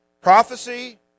prophecy